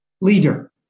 leader